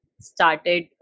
started